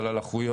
על הלחות,